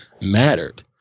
mattered